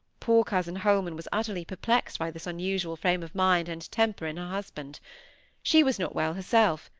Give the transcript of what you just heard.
poor cousin holman was utterly perplexed by this unusual frame of mind and temper in her husband she was not well herself,